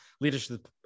leadership